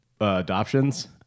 adoptions